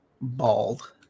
bald